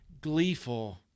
gleeful